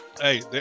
Hey